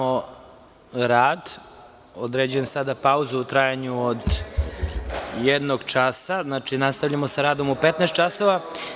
Određujem sada pauzu u trajanju od jednog časa, znači nastavljamo sa radom u 15.00 časova.